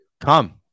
Come